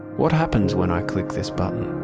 what happens when i click this button?